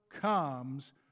comes